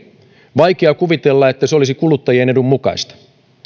vaikea kuvitella että se olisi kuluttajien edun mukaista